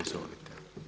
Izvolite.